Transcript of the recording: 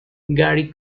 gary